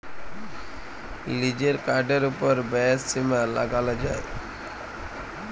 লিজের কার্ডের ওপর ব্যয়ের সীমা লাগাল যায়